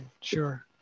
sure